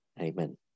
Amen